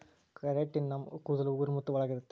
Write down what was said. keratin ನಮ್ ಕೂದಲು ಉಗುರು ಒಳಗ ಇರುತ್ತೆ